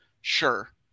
Sure